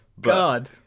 God